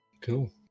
cool